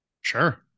Sure